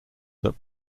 that